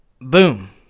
boom